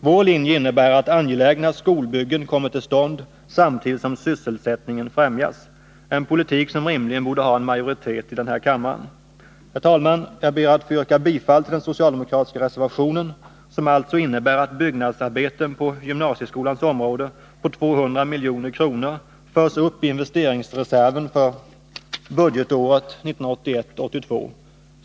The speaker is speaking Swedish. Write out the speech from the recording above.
Vår linje innebär att angelägna skolbyggen kommer till stånd samtidigt som sysselsättningen främjas — en politik som rimligen borde ha en majoritet i den här kammaren. Jag ber, herr talman, att få yrka bifall till den socialdemokratiska reservationen, som alltså innebär att byggnadsarbeten på gymnasieskolans områden för 200 milj.kr. förs upp i investeringsreserven för budgetåret 1981/82.